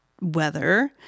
weather